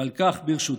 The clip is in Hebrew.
ועל כך, ברשותכם,